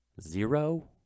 Zero